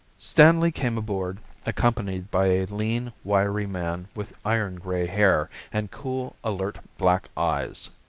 stanley came aboard accompanied by a lean, wiry man with iron gray hair and cool, alert black eyes.